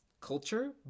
culture